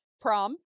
Prom